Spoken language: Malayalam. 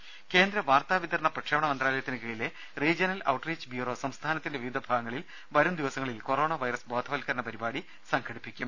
ദേദ കേന്ദ്ര വാർത്താ വിതരണ പ്രക്ഷേപണ മന്ത്രാലയത്തിന് കീഴിലെ റീജ്യണൽ ഔട്ട് റീച്ച് ബ്യൂറോ സംസ്ഥാനത്തിന്റെ വിവിധ ഭാഗങ്ങളിൽ വരും ദിവസങ്ങളിൽ കൊറോണ വൈറസ് ബോധവൽക്കരണ പരിപാടി സംഘടിപ്പിക്കും